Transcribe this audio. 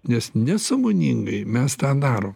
nes nesąmoningai mes tą darom